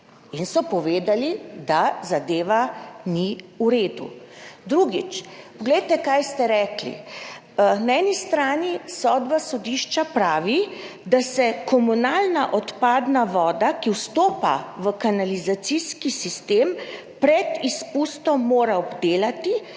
in so povedali, da zadeva ni v redu. Drugič. Poglejte, kar ste rekli: na eni strani sodba sodišča pravi, da se mora komunalna odpadna voda, ki vstopa v kanalizacijski sistem, pred izpustom obdelati